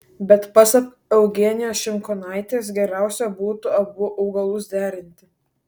bet pasak eugenijos šimkūnaitės geriausia būtų abu augalus derinti